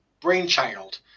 brainchild